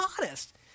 honest